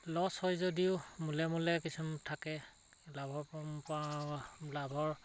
loss হয় যদিও মূলে মূলে কিছুমান থাকে লাভৰ লাভৰ